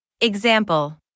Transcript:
Example